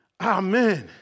Amen